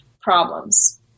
problems